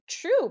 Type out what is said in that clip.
true